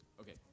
Okay